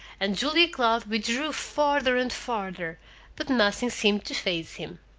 and julia cloud withdrew farther and farther but nothing seemed to faze him.